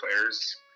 players